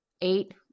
eight